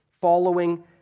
Following